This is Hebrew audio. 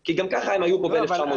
כי גם כך הם היו כאן ב-1930.